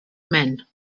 men